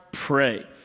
pray